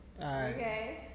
Okay